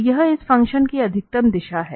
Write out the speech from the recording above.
तो यह इस फंक्शन की अधिकतम दिशा हैं